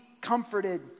comforted